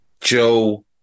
Joe